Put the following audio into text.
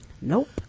Nope